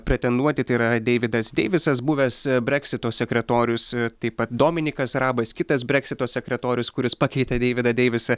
pretenduoti tai yra deividas deivisas buvęs breksito sekretorius taip pat dominikas rabas kitas breksito sekretorius kuris pakeitė deividą deivisą